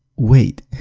wait!